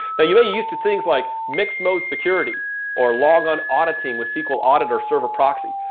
but you may use to things like mixed-mode security or log on auditing with sql audit or server proxy,